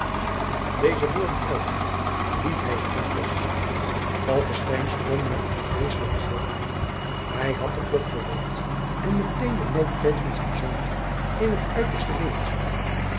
deze woorden uitende liet hij het kind los falckestein sprong met een vreesselijken gil toe hij had den plof gehoord en meteen den noodkreet van zijn zoontje in het uiterste levensuur